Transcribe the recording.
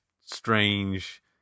strange